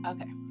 Okay